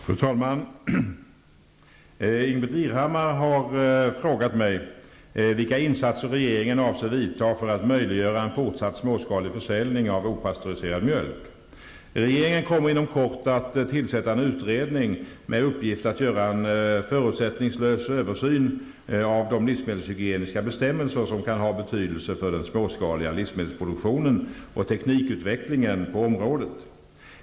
Fru talman! Ingbritt Irhammar har frågat mig vilka insatser regeringen avser göra för att möjliggöra en fortsatt småskalig försäljning av opastöriserad mjölk. Regeringen kommer inom kort att tillsätta en utredning med uppgift att göra en förutsättningslös översyn av de livsmedelshygieniska bestämmelser som kan ha betydelse för den småskaliga livsmedelsproduktionen och teknikutvecklingen på området.